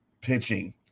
pitching